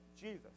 Jesus